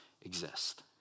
exist